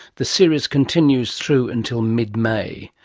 the series continues through until mid-may.